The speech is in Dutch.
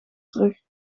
terug